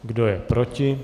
Kdo je proti?